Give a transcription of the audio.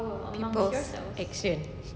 people's action